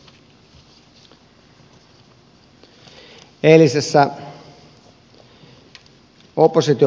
arvoisa puhemies